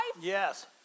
Yes